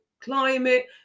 climate